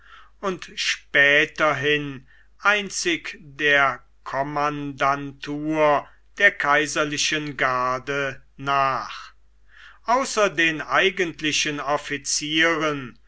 und späterhin einzig der kommandantur der kaiserlichen garde nach außer den eigentlichen